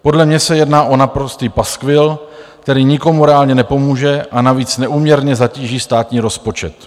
Podle mě se jedná o naprostý paskvil, který nikomu reálně nepomůže, a navíc neúměrně zatíží státní rozpočet.